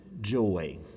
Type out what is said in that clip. joy